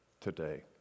today